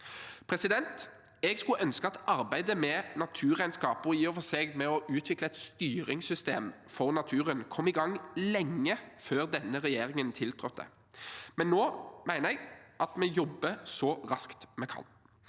Jeg skulle ønske at arbeidet med naturregnskap, og i og for seg med å utvikle et styringssystem for naturen, hadde kommet i gang lenge før denne regjeringen tiltrådte, men nå mener jeg at vi jobber så raskt vi kan.